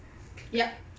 yup